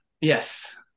Yes